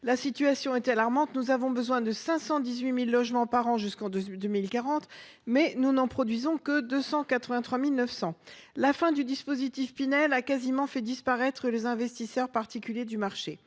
La situation est alarmante : nous avons besoin de 518 000 logements par an jusqu’en 2040, mais n’en produisons que 283 900. La fin du dispositif Pinel a quasiment fait disparaître les investisseurs particuliers du marché.